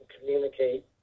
communicate